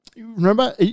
Remember